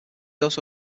also